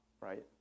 right